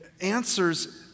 answers